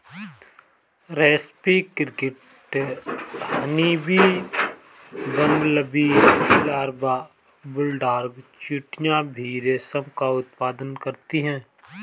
रेस्पी cricket, honeybee, bumblebee larva, bulldog चींटियां भी रेशम का उत्पादन करती हैं